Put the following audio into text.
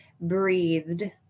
breathed